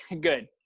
Good